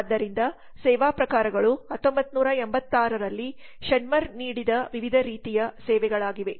ಆದ್ದರಿಂದ ಸೇವಾ ಪ್ರಕಾರಗಳು 1986 ರಲ್ಲಿ ಷ್ಮೆನ್ನರ್ ನೀಡಿದ ವಿವಿಧ ರೀತಿಯ ಸೇವೆಗಳಾಗಿವೆ